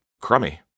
crummy